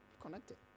Connected